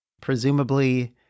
presumably